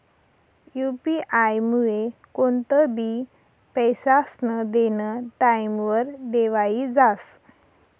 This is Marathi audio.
यु.पी आयमुये कोणतंबी पैसास्नं देनं टाईमवर देवाई जास